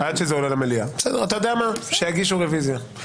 שיגישו רוויזיה,